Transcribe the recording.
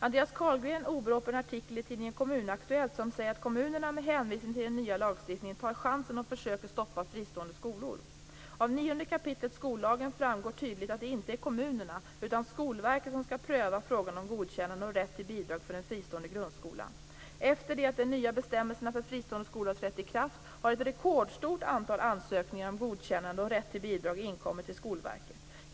Andreas Carlgren åberopar en artikel i tidningen Kommun Aktuellt och säger att kommunerna med hänvisning till den nya lagstiftningen tar chansen och försöker stoppa fristående skolor. Av 9 kap. skollagen framgår tydligt att det inte är kommunerna utan Skolverket som skall pröva frågan om godkännande och rätt till bidag för en fristående grundskola. Efter det att de nya bestämmelserna för fristående skolor trätt i kraft, har ett rekordstort antal ansökningar om godkännande och rätt till bidrag inkommit till Skolverket.